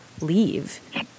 leave